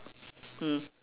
mm